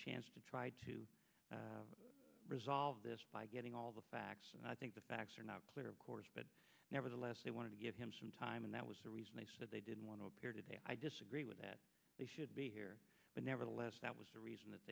chance to try to resolve this by getting all the facts and i think the facts are not clear of course but nevertheless they wanted to give him some time and that was the reason they said they didn't want to appear today i disagree with that they should be here but nevertheless that was the reason that